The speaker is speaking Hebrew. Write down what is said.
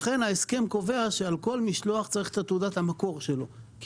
לכן ההסכם קובע שעל כל משלוח צריך את תעודת המקור שלו.